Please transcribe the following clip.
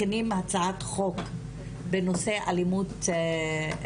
מכינים הצעת חוק בנושא אלימות במשפחה.